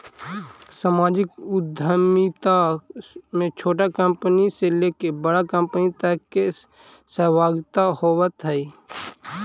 सामाजिक उद्यमिता में छोटा कंपनी से लेके बड़ा कंपनी तक के सहभागिता होवऽ हई